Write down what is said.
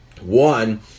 one